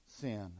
sin